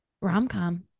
Rom-com